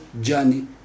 journey